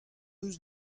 eus